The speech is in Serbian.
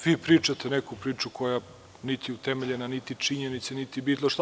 Vi pričate neku priču koja, niti je utemeljena, niti je na činjenici, niti bilo šta.